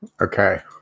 Okay